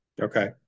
okay